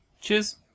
Cheers